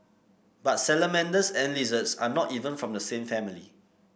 but salamanders and lizards are not even from the same family